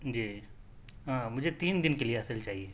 جی ہاں مجھے تین دن کے لیے اصل چاہیے